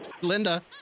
Linda